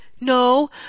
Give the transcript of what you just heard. No